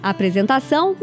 Apresentação